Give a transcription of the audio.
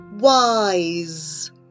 Wise